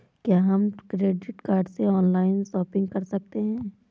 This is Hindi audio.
क्या हम क्रेडिट कार्ड से ऑनलाइन शॉपिंग कर सकते हैं?